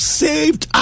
saved